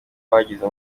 bagize